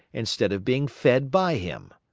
instead of being fed by him.